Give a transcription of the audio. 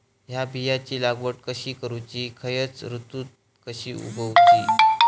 हया बियाची लागवड कशी करूची खैयच्य ऋतुत कशी उगउची?